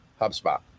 HubSpot